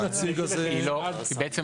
בעצם,